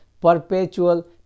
perpetual